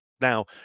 Now